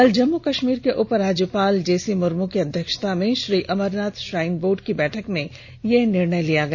कल जम्मू कश्मीर के उप राज्यपाल जीसी मुर्मू की अध्यक्षता में श्री अमरनाथ श्राइन बोर्ड की बैठक में यह निर्णय लिया गया